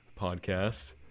podcast